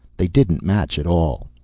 they didn't match at all.